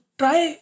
try